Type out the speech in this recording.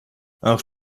auch